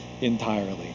entirely